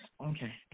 Okay